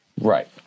Right